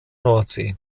nordsee